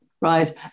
Right